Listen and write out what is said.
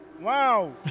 wow